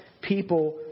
people